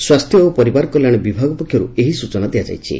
ସ୍ୱାସ୍ଥ୍ୟ ଓ ପରିବାର କଲ୍ୟାଣ ବିଭାଗ ପକ୍ଷରୁ ଏହି ସ୍ଚନା ଦିଆଯାଇଛି